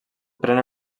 pren